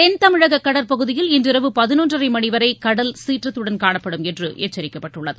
தென்தமிழக கடற்பகுதியில் இன்றிரவு பதினொன்றரை மணிவரை கடல் சீற்றத்துடன் காணப்படும் என்று எச்சரிக்கப்பட்டுள்ளது